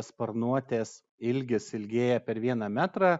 sparnuotės ilgis ilgėja per vieną metrą